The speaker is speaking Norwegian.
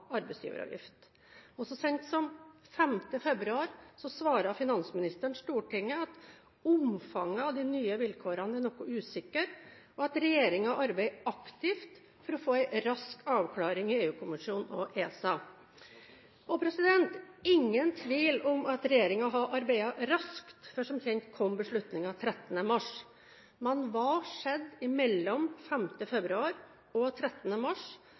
arbeidsgiveravgift, og så sent som 5. februar svarte finansministeren til Stortinget at: «Omfanget av dei nye vilkåra er noe usikre, og regjeringa arbeider aktivt for å få rask avklaring i EU-kommisjonen og ESA.» Det er ingen tvil om at regjeringen har arbeidet raskt, for som kjent kom beslutningen 13. mars. Men hva skjedde mellom 5. februar og 13. mars